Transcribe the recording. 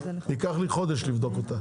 ייקח לי חודש לבדוק אותה.